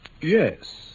Yes